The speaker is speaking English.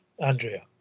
Andrea